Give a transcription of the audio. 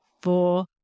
four